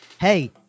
Hey